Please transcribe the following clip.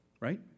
right